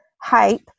hype